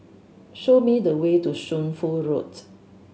show me the way to Shunfu Road